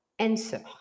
Answer